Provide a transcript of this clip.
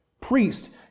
priest